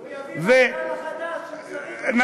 הוא יביא מנכ"ל חדש, שצריך אותו.